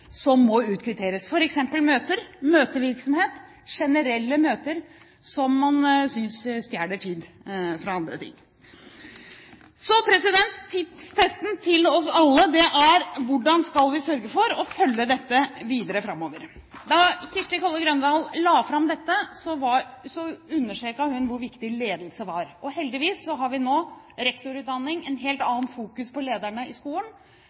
må utkvitteres, f.eks. møter, møtevirksomhet og generelle møter, som man synes stjeler tid fra andre ting. Så tidstesten for oss alle er: Hvordan skal vi sørge for å følge opp dette videre framover? Da Kirsti Kolle Grøndahl la fram dette, understreket hun hvor viktig ledelse var. Heldigvis har vi nå i rektorutdanningen et helt annet fokus på lederne i skolen.